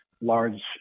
large